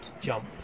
jump